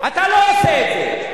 אתה לא עושה את זה.